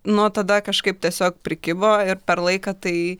nuo tada kažkaip tiesiog prikibo ir per laiką tai